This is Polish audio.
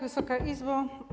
Wysoka Izbo!